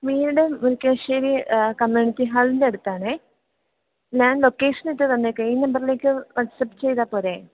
വീട് മുരിക്കാശ്ശേരി കമ്മ്യൂണിറ്റി ഹാളിൻ്റെ അടുത്താണെ ഞാൻ ലൊക്കേഷനിട്ടു തന്നേക്കാം ഈ നമ്പറിലേക്ക് വാട്സപ്പ് ചെയ്താൽ പോരെ